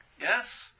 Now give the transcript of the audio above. Yes